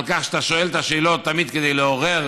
ועל כך שאתה שואל את השאלות תמיד כדי לעורר